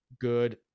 good